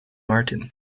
martin